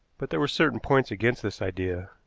but there were certain points against this idea.